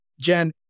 Jen